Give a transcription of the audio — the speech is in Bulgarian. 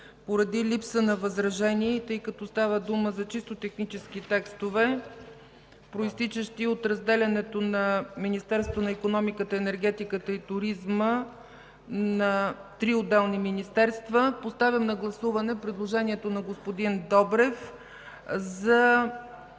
Поради липса на възражение и тъй като става дума за чисто технически текстове, произтичащи от разделянето на Министерството на икономиката, енергетиката и туризма на три отделни министерства, поставям на гласуване предложението на господин Добрев за